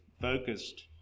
focused